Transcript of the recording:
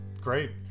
great